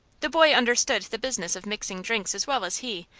the boy understood the business of mixing drinks as well as he,